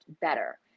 better